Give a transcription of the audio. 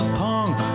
punk